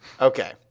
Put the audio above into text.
Okay